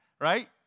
right